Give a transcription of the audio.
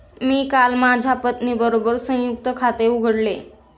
मी काल माझ्या पत्नीबरोबर संयुक्त खाते उघडले